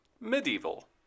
Medieval